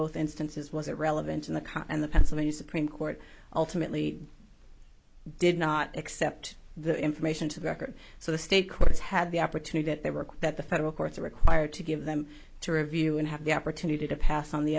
both instances wasn't relevant in the car and the pennsylvania supreme court ultimately did not accept the information to the record so the state courts had the opportunity that they were that the federal courts are required to give them to review and have the opportunity to pass on the